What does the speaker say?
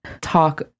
talk